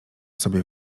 sobie